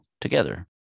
together